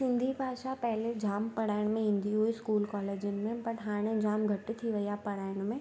सिंधी भाषा पहिरियों जाम पढ़ण में ईंदी हुई स्कूल कॉलेजन में बट हाणे जाम घटि थी वई आहे पढ़ाइण में